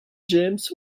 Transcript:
james